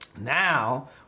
Now